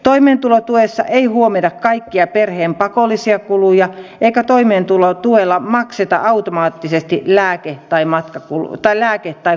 toimeentulotuessa ei huomioida kaikkia perheen pakollisia kuluja eikä toimeentulotuella makseta automaattisesti lääke tai kuljetuskuluja